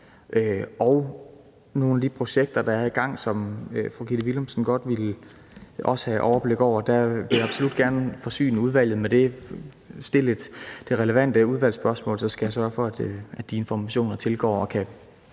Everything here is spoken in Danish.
og nogle af de projekter, der er i gang, som fru Gitte Willumsen også godt ville have overblik over, vil jeg absolut gerne forsyne udvalget med det. Stil det relevante udvalgsspørgsmål, så skal jeg sørge for, at de informationer tilgår udvalget